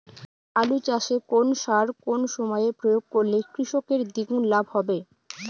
আলু চাষে কোন সার কোন সময়ে প্রয়োগ করলে কৃষকের দ্বিগুণ লাভ হবে?